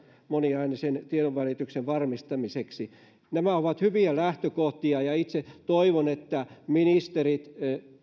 moniäänisen tiedonvälityksen varmistamiseksi nämä ovat hyviä lähtökohtia ja itse toivon että ministerit